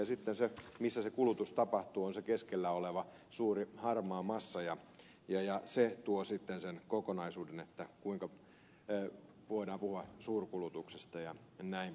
ja sitten se missä se kulutus tapahtuu on se keskellä oleva suuri harmaa massa ja se tuo sitten sen kokonaisuuden että voidaan puhua suurkulutuksesta jnp